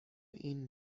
این